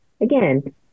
again